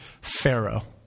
Pharaoh